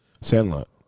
Sandlot